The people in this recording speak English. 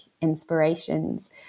inspirations